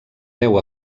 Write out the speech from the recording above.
veu